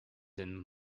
and